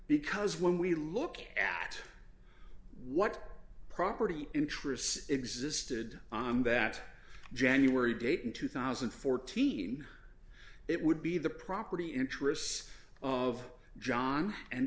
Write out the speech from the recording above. because when we look at what property interests existed on that january date in two thousand and fourteen it would be the property interests of john and